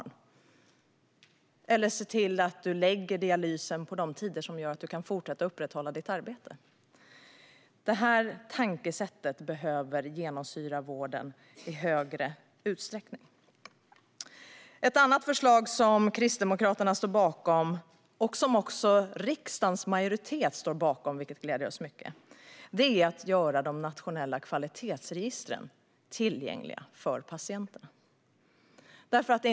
Man kan också se till att dialysen läggs på tider som innebär att man kan fortsätta upprätthålla sitt arbete. Det här tankesättet behöver genomsyra vården i större utsträckning. Ett annat förslag som Kristdemokraterna står bakom och som också riksdagens majoritet står bakom - vilket gläder oss mycket - är att göra de nationella kvalitetsregistren tillgängliga för patienterna.